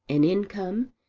an income,